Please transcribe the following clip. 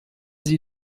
sie